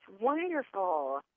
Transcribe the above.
Wonderful